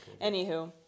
Anywho